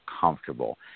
comfortable